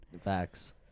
Facts